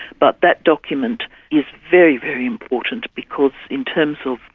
but that document is very, very important because in terms of